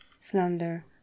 slander